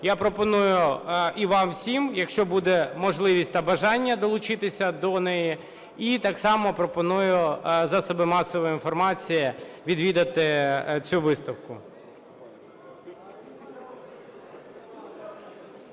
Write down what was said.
Я пропоную і вам всім, якщо буде можливість та бажання, долучитися до неї. І так само пропоную засоби масової інформації відвідати цю виставку.